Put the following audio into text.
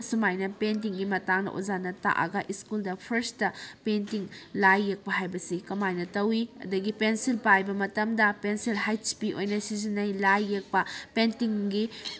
ꯁꯨꯃꯥꯏꯅ ꯄꯦꯟꯇꯤꯡꯒꯤ ꯃꯇꯥꯡꯗ ꯑꯣꯖꯥꯅ ꯇꯥꯛꯑꯒ ꯁ꯭ꯀꯨꯜꯗ ꯐꯥꯔꯁꯇ ꯄꯦꯟꯇꯤꯡ ꯂꯥꯏ ꯌꯦꯛꯄ ꯍꯥꯏꯕꯁꯤ ꯀꯃꯥꯏꯅ ꯇꯧꯏ ꯑꯗꯒꯤ ꯄꯦꯟꯁꯤꯜ ꯄꯥꯏꯕ ꯃꯇꯝꯗ ꯄꯦꯟꯁꯤꯜ ꯍꯩꯁ ꯄꯤ ꯑꯣꯏꯅ ꯁꯤꯖꯤꯟꯅꯩ ꯂꯥꯏ ꯌꯦꯛꯄ ꯄꯦꯟꯇꯤꯡꯒꯤ